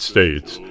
States